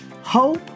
hope